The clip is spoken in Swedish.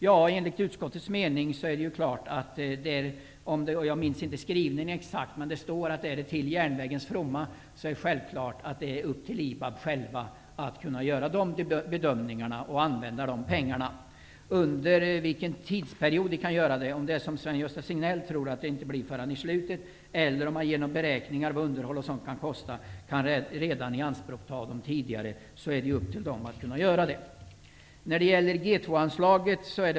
Jag minns inte exakt vad utskottet skrivit, men enligt utskottets mening är det självklart att om det gäller ändamål som är till järnvägens fromma har IBAB självt möjlighet att göra dessa bedömningar och använda dessa pengar. Under vilken tidsperiod IBAB kan göra detta -- om det, som Sven-Gösta Signell tror, inte blir förrän på slutet eller om man genom beräkningar av vad underhåll och sådant kan kosta kan ta dem i anspråk tidigare -- är upp till IBAB att avgöra.